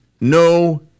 no